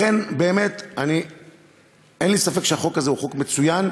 לכן, באמת אין לי ספק שהחוק הזה הוא חוק מצוין,